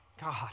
God